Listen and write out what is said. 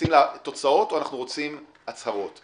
משרד הנגב והגליל פותח נהלים שהם לא מקובלים,